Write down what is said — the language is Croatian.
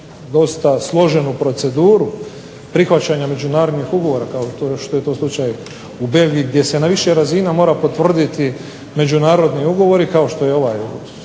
dosta složenu proceduru prihvaćanja međunarodnih ugovora kao što je to slučaj u Belgiji gdje se na više razina mora potvrditi međunarodni ugovori kao što je ovaj slučaj